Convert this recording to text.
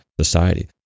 society